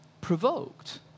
provoked